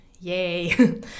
Yay